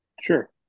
Sure